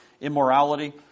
immorality